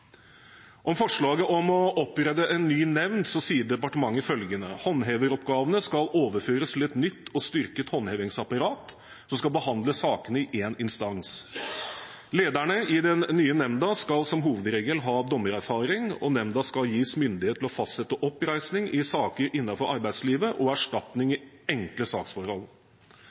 Om forslaget om å opprette en ny nemnd sier departementet følgende: «Håndheveroppgavene skal overføres til et nytt og styrket håndhevingsapparat som skal behandle sakene i én instans. Lederne i den nye nemnda skal som hovedregel ha dommererfaring, og nemnda skal gis myndighet til å fastsette oppreisning i saker innenfor arbeidslivet og erstatning i enkle saksforhold.